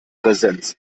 präsenz